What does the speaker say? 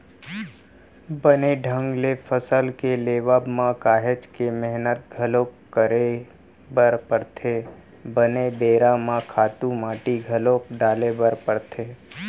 बने ढंग ले फसल के लेवब म काहेच के मेहनत घलोक करे बर परथे, बने बेरा म खातू माटी घलोक डाले बर परथे